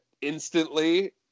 instantly